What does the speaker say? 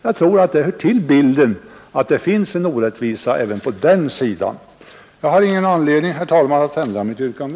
Jag tror att det hör till bilden att det finns en orättvisa även på den sidan. Jag har ingen anledning, herr talman, att ändra mitt yrkande.